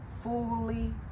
fully